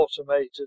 automated